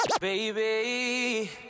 Baby